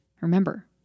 Remember